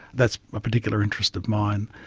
that's a particular interest of mine.